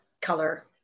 color